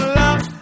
love